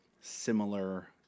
similar